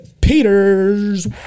Peters